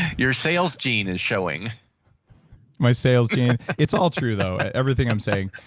your sales gene is showing my sales gene? it's all true though, everything i'm saying.